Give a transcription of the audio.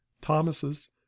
Thomas's